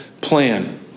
plan